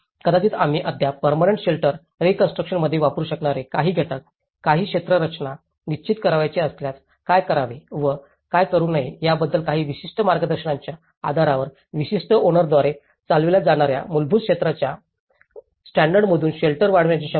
कदाचित आम्ही अद्याप पर्मनंट शेल्टर रीकॉन्स्ट्रुकशनमध्ये वापरू शकणारे काही घटक काही क्षेत्ररचना निश्चित करावयाचे असल्यास काय करावे व काय करू नये याबद्दल काही विशिष्ट मार्गदर्शकाच्या आधारावर विशिष्ट ओनराद्वारे चालविल्या जाणार्या मूलभूत क्षेत्राच्या मानदंडांमधून शेल्टर वाढविण्याची क्षमता